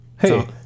hey